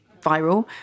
viral